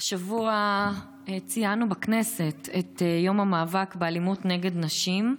השבוע ציינו בכנסת את יום המאבק באלימות נגד נשים.